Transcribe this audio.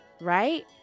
Right